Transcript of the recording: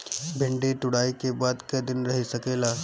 भिन्डी तुड़ायी के बाद क दिन रही सकेला?